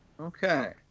Okay